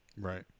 right